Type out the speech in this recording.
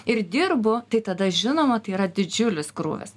ir dirbu tai tada žinoma tai yra didžiulis krūvis